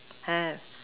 have